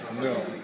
no